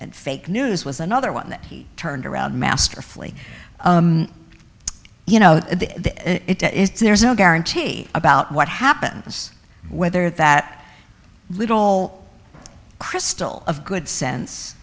fake news was another one that he turned around masterfully you know there's no guarantee about what happens whether that little crystal of good sense